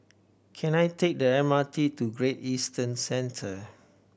can I take the M R T to Great Eastern Centre